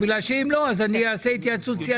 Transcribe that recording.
בגלל שאם לא אז אני אעשה התייעצות סיעתית.